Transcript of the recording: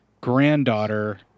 granddaughter